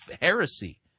heresy